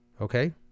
okay